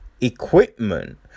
equipment